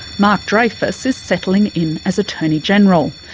mark dreyfus is settling in as attorney general.